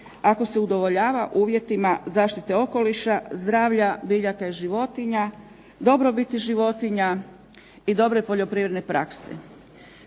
ako se udovoljava uvjetima zaštite okoliša, zdravlja biljaka i životinja, dobrobiti životinja i dobre poljoprivredne prakse.